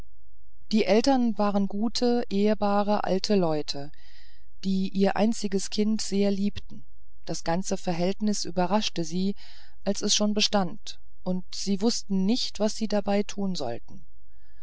die eltern waren gute ehrbare alte leute die ihr einziges kind sehr liebten das ganze verhältnis überraschte sie als es schon bestand und sie wußten nicht was sie dabei tun sollten